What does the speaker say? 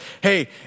hey